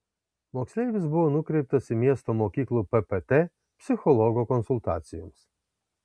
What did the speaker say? moksleivis buvo nukreiptas į miesto mokyklų ppt psichologo konsultacijoms